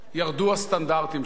ירדו הסטנדרטים שלה,